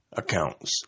accounts